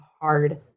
hard